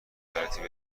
ترتیب